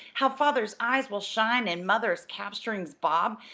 how father's eyes will shine and mother's cap-strings bob!